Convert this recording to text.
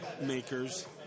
makers